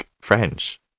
french